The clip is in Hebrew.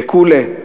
בקולה,